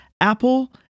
Apple